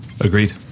agreed